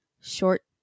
short